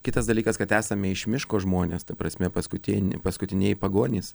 kitas dalykas kad esame iš miško žmonės ta prasme paskutien paskutinieji pagonys